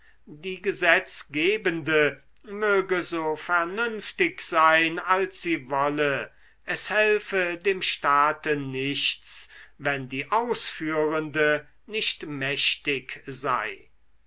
die gesetzgebende möge so vernünftig sein als sie wolle es helfe dem staate nichts wenn die ausführende nicht mächtig sei